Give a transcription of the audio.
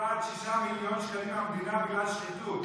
קירשנבאום --- 6 מיליון שקלים מהמדינה בגלל שחיתות.